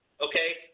okay